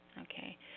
okay